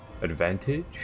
advantage